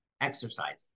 exercising